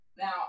Now